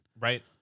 Right